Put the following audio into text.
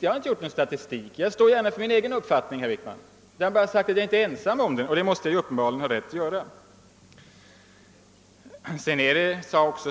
Jag har inte upprättat någon statistik, och jag står gärna för min egen uppfattning, herr Wickman. Jag har bara sagt att jag inte är ensam om den, och det måste jag uppenbarligen ha rätt att göra.